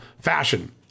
fashion